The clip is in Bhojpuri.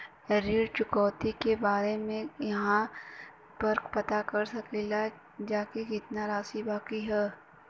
ऋण चुकौती के बारे इहाँ पर पता कर सकीला जा कि कितना राशि बाकी हैं?